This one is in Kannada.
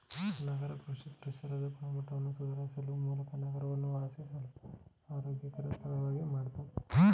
ನಗರ ಕೃಷಿ ಪರಿಸರದ ಗುಣಮಟ್ಟವನ್ನು ಸುಧಾರಿಸುವ ಮೂಲಕ ನಗರವನ್ನು ವಾಸಿಸಲು ಆರೋಗ್ಯಕರ ಸ್ಥಳವಾಗಿ ಮಾಡ್ತದೆ